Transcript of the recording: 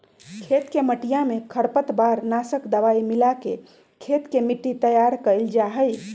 खेत के मटिया में खरपतवार नाशक दवाई मिलाके खेत के मट्टी तैयार कइल जाहई